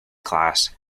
class